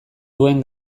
duen